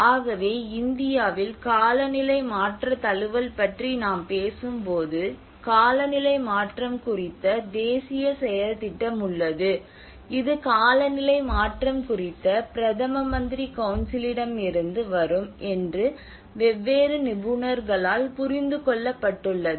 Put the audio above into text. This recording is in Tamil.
ஆகவே இந்தியாவில் காலநிலை மாற்றத் தழுவல் பற்றி நாம் பேசும்போது காலநிலை மாற்றம் குறித்த தேசிய செயல் திட்டம் உள்ளது இது காலநிலை மாற்றம் குறித்த பிரதம மந்திரி கவுன்சிலிடமிருந்து வரும் என்று வெவ்வேறு நிபுணர்களால் புரிந்து கொள்ளப்பட்டுள்ளது